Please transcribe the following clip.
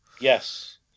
Yes